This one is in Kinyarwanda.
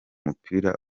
mupira